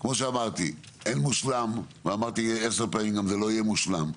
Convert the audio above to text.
כמו שאמרתי שאין מושלם ואמרתי גם 10 פעמים שזה לא יהיה מושלם,